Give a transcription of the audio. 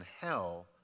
hell